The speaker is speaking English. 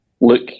look